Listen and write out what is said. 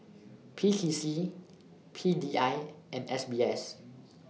P T C P D I and S B S